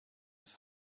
his